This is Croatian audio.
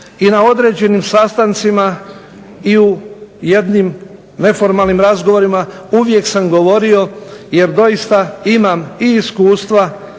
i na određenim sastancima i u jednim neformalnim razgovorima uvijek sam govorio jer doista imam i iskustva,